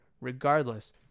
regardless